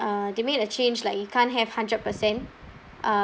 uh they made a change like you can't have hundred percent uh